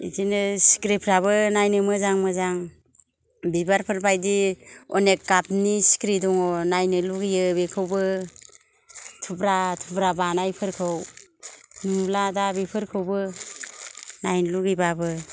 बिदिनो सिख्रिफ्राबो नायनो मोजां मोजां बिबारफोर बायदि अनेक गाबनि सिख्रि दङ नायनो लुबैयो बेखौबो थुब्रा थुब्रा बानायफोरखौ नुला दा बेफोरखौबो नायनो लुबैबाबो